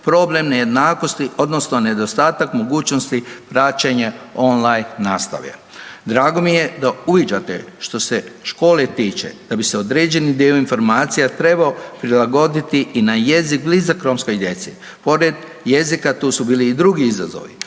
problem nejednakosti odnosno nedostatak mogućnosti praćenja online nastave. Drago mi je da uviđate što se škole tiče da bi se određeni dio informacija trebao prilagoditi i na jezik blizak romskoj djeci. Pored jezika tu su bili i drugi izazovi